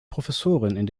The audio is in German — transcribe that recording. professorin